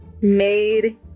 made